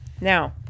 Now